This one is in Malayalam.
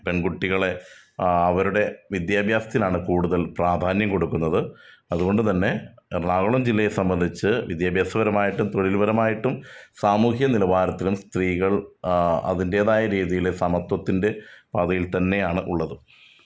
പെൺകുട്ടികളെ അവരുടെ വിദ്യാഭ്യാസത്തിനാണ് കൂടുതൽ പ്രാധാന്യം കൊടുക്കുന്നത് അതുകൊണ്ട് തന്നെ എറണാകുളം ജില്ലയെ സംബ്ബന്ധിച്ച് വിദ്യാഭ്യാസപരമായിട്ടും തൊഴിൽപരമായിട്ടും സാമൂഹ്യ നിലവാരത്തിലും സ്ത്രീകൾ അതിൻ്റേതായ രീതിയിൽ സമത്വത്തിൻ്റെ പാതയിൽ തന്നെയാണ് ഉള്ളത്